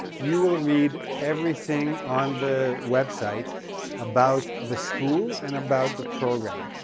you will read everything on the website about the school and about the program.